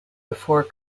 before